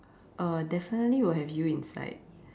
uh definitely will have you inside